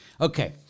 Okay